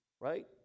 right